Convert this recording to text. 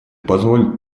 позволит